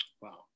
Wow